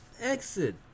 Exit